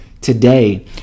today